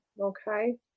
Okay